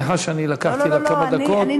סליחה שלקחתי לך כמה דקות.